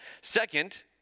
Second